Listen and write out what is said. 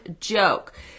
joke